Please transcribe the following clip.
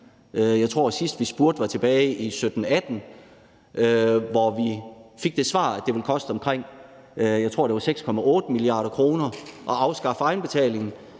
Jeg tror, sidst vi spurgte var tilbage i 2017-18, hvor vi fik det svar, at det ville koste omkring, jeg tror, det var 6,8 mia. kr. at afskaffe egenbetalingen.